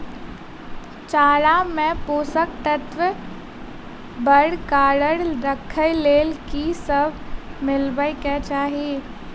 चारा मे पोसक तत्व बरकरार राखै लेल की सब मिलेबाक चाहि?